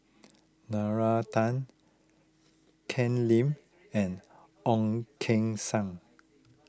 Nalla Tan Ken Lim and Ong Keng Sen